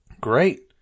Great